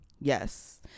Yes